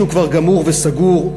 שהוא כבר גמור וסגור,